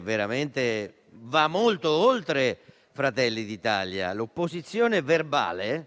veramente molto oltre Fratelli d'Italia. L'opposizione verbale,